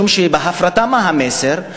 כי בהפרטה מה המסר,